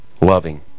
loving